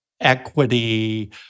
equity